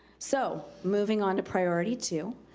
so moving on to priority two.